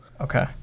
Okay